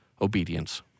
obedience